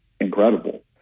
incredible